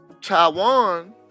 taiwan